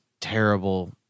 terrible